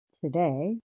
Today